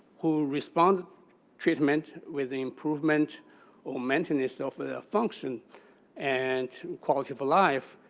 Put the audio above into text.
who respond to treatment with the improvement or maintenance of their function and quality of life,